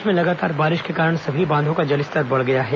प्रदेश में लगातार बारिश के कारण सभी बांधों का जलस्तर बढ़ गया है